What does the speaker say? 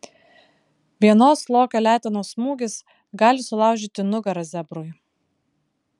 vienos lokio letenos smūgis gali sulaužyti nugarą zebrui